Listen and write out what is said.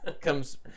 comes